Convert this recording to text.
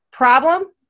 problem